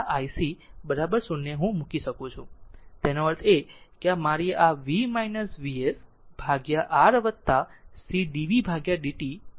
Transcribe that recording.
i 1 i c 0 મૂકી શકું છું એનો અર્થ એ કે મારી આ V V s ભાગ્યા R c d v ભાગ્યા d t 0 છે